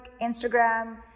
Instagram